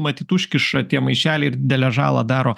matyt užkiša tie maišeliai ir didelę žalą daro